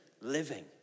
living